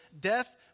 death